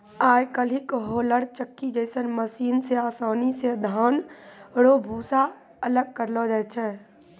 आय काइल होलर चक्की जैसन मशीन से आसानी से धान रो भूसा अलग करलो जाय छै